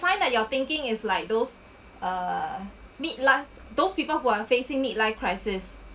find that you are thinking is like those err midluc~ those people who are facing midlife crisis